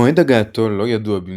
מועד הגעתו לא ידוע במדויק,